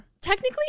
Technically